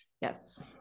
yes